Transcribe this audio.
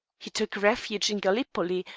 he took refuge in gallipoli,